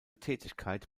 tätigkeit